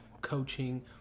coaching